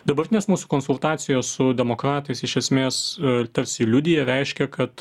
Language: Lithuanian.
dabartinės mūsų konsultacijos su demokratais iš esmės tarsi liudija reiškia kad